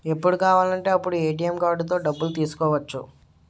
ఎప్పుడు కావాలంటే అప్పుడు ఏ.టి.ఎం కార్డుతో డబ్బులు తీసుకోవచ్చు